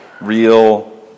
real